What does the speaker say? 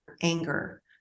anger